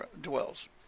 dwells